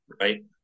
right